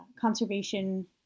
conservation